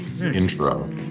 intro